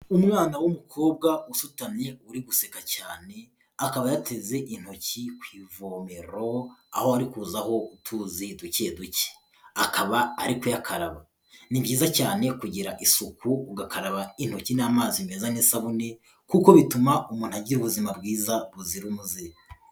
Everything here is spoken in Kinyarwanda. Umwana w'umukobwa usutamye uri guseka cyane akaba yateze intoki ku ivomero aho hari kuzaho utuzi duke duke, akaba kuyakaraba, ni byiza cyane kugira isuku ugakaraba intoki n'amazi meza n'isabune kuko bituma umuntu agira ubuzima bwiza buzira umuze.